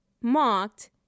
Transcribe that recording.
mocked